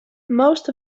most